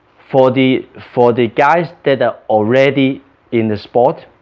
for the for the guys that are already in the sport